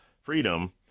Freedom